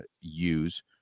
use